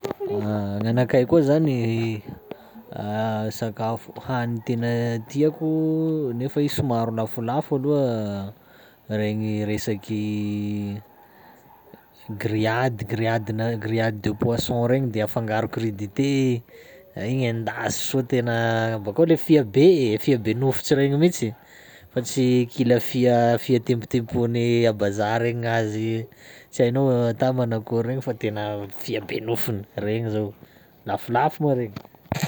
Gn'anakay koa zany sakafo- hany tena tiako nefa i somaro lafolafo aloha: regny resaky grillade- grilladenà- grillade de poisson regny de afangaro crudité, igny endasy soa tena, bakeo le fia be e, fia be nofotsy regny mitsy fa tsy kila fia- fia tempotempony abazary agnazy tsy hainao ata manakory regny fa tena fia be nofony, regny zao, lafolafo moa regny.